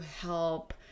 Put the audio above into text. help